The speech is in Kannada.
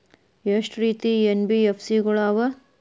ಎಷ್ಟ ರೇತಿ ಎನ್.ಬಿ.ಎಫ್.ಸಿ ಗಳ ಅವ?